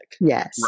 Yes